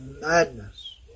madness